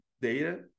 data